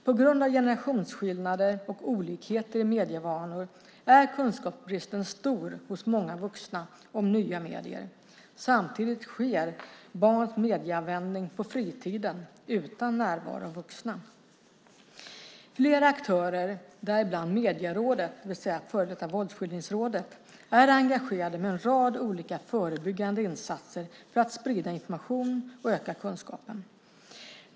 På grund av generationsskillnader och olikheter i medievanor är kunskapsbristen stor hos många vuxna om nya medier. Samtidigt sker barns mediekonsumtion på fritiden utan närvaro av vuxna. Flera aktörer, däribland Medierådet, det vill säga före detta Våldsskildringsrådet, är engagerade med en rad olika förebyggande insatser för att sprida information och öka kunskapen.